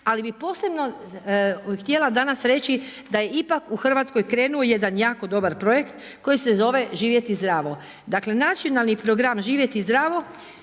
Ali bih posebno htjela danas reći da je ipak danas u Hrvatskoj krenuo jedan jako dobar projekt koji se zove „Živjeti zdravo“. Dakle, Nacionalni program „Živjeti zdravo“